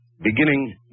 beginning